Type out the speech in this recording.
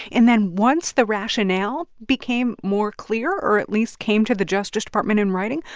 and then once the rationale became more clear, or at least came to the justice department in writing,